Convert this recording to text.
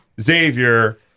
Xavier